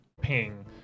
ping